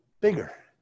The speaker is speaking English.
bigger